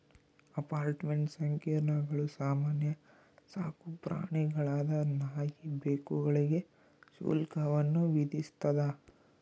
apartment ಸಂಕೀರ್ಣಗಳು ಸಾಮಾನ್ಯ ಸಾಕುಪ್ರಾಣಿಗಳಾದ ನಾಯಿ ಬೆಕ್ಕುಗಳಿಗೆ ಶುಲ್ಕವನ್ನು ವಿಧಿಸ್ತದ